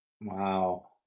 Wow